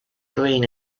green